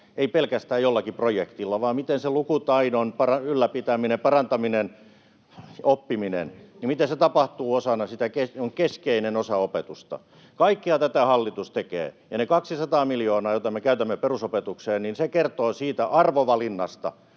ei pelkästään jollakin projektilla, vaan miten se lukutaidon ylläpitäminen, parantaminen, oppiminen tapahtuu osana sitä, on keskeinen osa opetusta. Kaikkea tätä hallitus tekee. Ja ne 200 miljoonaa, jota me käytämme perusopetukseen, kertoo siitä arvovalinnasta,